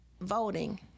voting